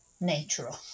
natural